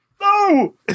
No